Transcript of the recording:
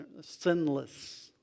sinless